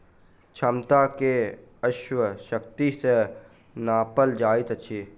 क्षमता के अश्व शक्ति सॅ नापल जाइत अछि